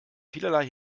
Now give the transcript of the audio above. vielerlei